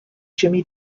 jimmie